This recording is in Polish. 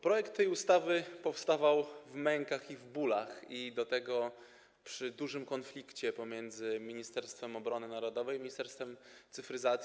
Projekt tej ustawy powstawał w mękach i w bólach i do tego przy dużym konflikcie pomiędzy Ministerstwem Obrony Narodowej a Ministerstwem Cyfryzacji.